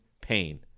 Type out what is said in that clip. pain